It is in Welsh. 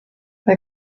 mae